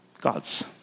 God's